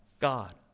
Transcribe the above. God